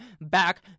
back